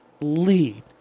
lead